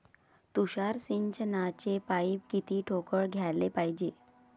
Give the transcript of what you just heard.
तुषार सिंचनाचे पाइप किती ठोकळ घ्याले पायजे?